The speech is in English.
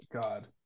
God